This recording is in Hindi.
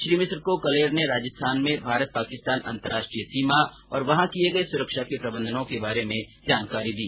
श्री मिश्र को कलेर ने राजस्थान में भारत पाकिस्तान अन्तरराष्ट्रीय सीमा और वहा किये गये सुरक्षा के प्रबन्धों के बारे में जानकारी दी